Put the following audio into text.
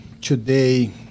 today